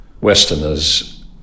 Westerners